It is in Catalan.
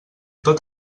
tot